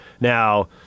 Now